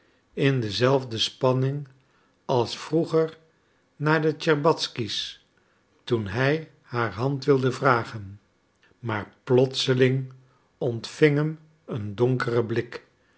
in dezelfde spanning als vroeger naar de tscherbatzky's toen hij haar hand wilde vragen maar plotseling ontving hem een donkere blik